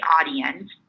audience